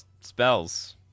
Spells